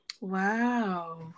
Wow